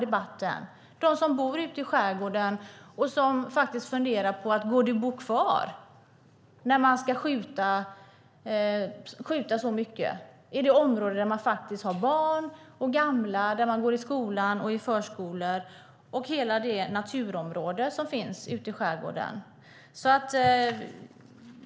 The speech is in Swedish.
Det är de som bor ute i skärgården och som faktiskt funderar över om det går att bo kvar, när de ska skjuta så mycket i det område där det finns barn och gamla, där man går i skola och förskola och har hela det naturområde som finns i skärgården.